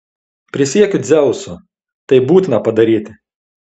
prisiekiu dzeusu tai būtina padaryti